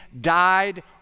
died